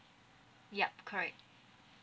yup correct